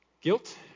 Guilt